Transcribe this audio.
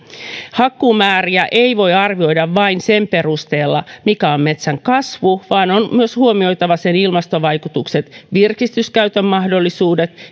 hakkuumääriä ei voi arvioida vain sen perusteella mikä on metsän kasvu vaan on huomioitava myös ilmastovaikutukset virkistyskäytön mahdollisuudet